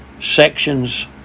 sections